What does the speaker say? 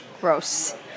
Gross